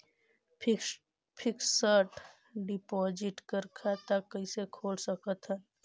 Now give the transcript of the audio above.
Fixed deposit बर खाता कइसे खोल सकत हन?